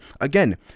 again